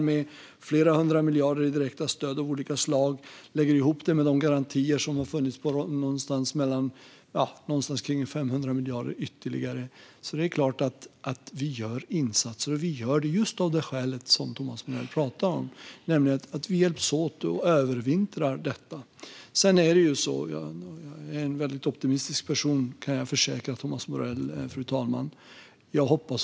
Med flera hundra miljarder i direkta stöd av olika slag tillsammans med garantier på ytterligare omkring 500 miljarder är det alltså klart att vi gör insatser. Och det gör vi just av det skäl som Thomas Morell talar om, nämligen att vi hjälps åt för att övervintra. Jag kan, fru talman, försäkra Thomas Morell att jag är en väldigt optimistisk person.